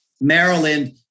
maryland